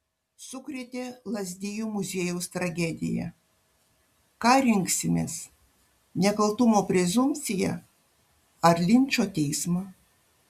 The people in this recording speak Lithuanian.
sukrėtė lazdijų muziejaus tragedija ką rinksimės nekaltumo prezumpciją ar linčo teismą